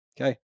okay